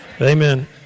Amen